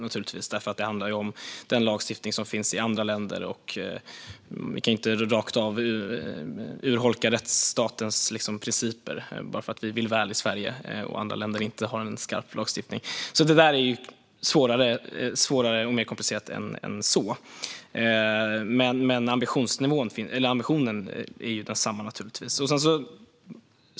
Det handlar ju om den lagstiftning som finns i andra länder, och vi kan inte rakt av urholka rättsstatens principer bara för att vi i Sverige vill väl och för att andra länder inte har en skarp lagstiftning. Detta är svårare och mer komplicerat än så, men ambitionen är naturligtvis densamma.